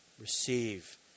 Receive